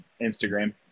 Instagram